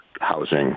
housing